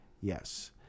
Yes